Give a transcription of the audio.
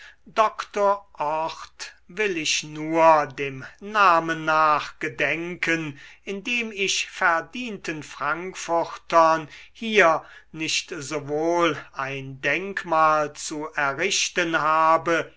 doktor orth will ich nur dem namen nach gedenken indem ich verdienten frankfurtern hier nicht sowohl ein denkmal zu errichten habe